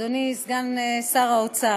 אדוני סגן שר האוצר,